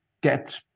get